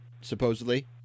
Supposedly